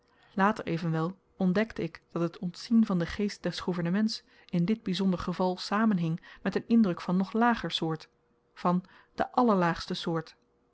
later evenwel ontdekte ik dat het ontzien van den geest des gouvernements in dit byzonder geval samenhing met n indruk van nog lager soort van de allerlaagste soort